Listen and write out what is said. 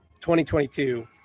2022